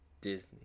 Disney